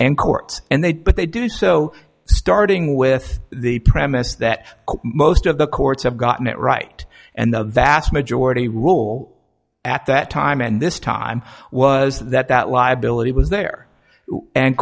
and courts and they but they do so starting with the premise that most of the courts have gotten it right and the vast majority rule at that time and this time was that that liability was there and